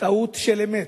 טעות של אמת.